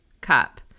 cup